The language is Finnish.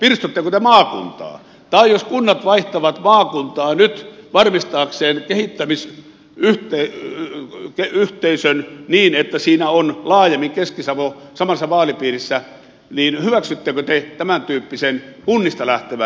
tai jos kunnat vaihtavat maakuntaa nyt varmistaakseen yhteisen edunvalvonnan niin että siinä on laajemmin keski savo samassa vaalipiirissä niin hyväksyttekö te tämäntyyppisen kunnista lähtevän vaikutuksen